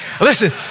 Listen